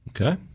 Okay